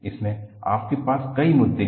इसमें आपके पास कई मुद्दे हैं